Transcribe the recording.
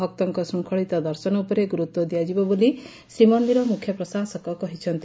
ଭକ୍ତଙ୍କ ଶୂଙ୍ଖଳିତ ଦର୍ଶନ ଉପରେ ଗୁରୁତ୍ୱ ଦିଆଯିବ ବୋଲି ଶ୍ରୀମନିର ମୁଖ୍ୟ ପ୍ରଶାସନ କହିଛନ୍ତି